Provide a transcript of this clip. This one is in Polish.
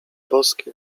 boskie